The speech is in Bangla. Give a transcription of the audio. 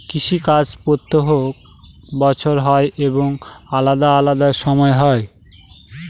কৃষি কাজ প্রত্যেক বছর হয় এবং আলাদা আলাদা সময় হয়